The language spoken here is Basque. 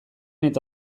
eta